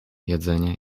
jedzenie